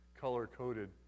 color-coded